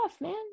man